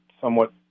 somewhat